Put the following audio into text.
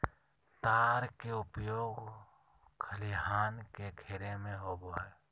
तार के उपयोग खलिहान के घेरे में होबो हइ